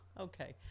Okay